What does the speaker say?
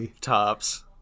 tops